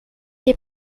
des